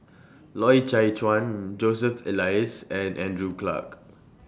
Loy Chye Chuan Joseph Elias and Andrew Clarke